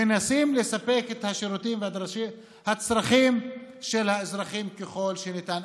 מנסים לספק את השירותים והצרכים של האזרחים ככל שניתן,